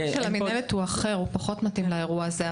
המודל של המינהלת אחר, פחות מתאים לאירוע הזה.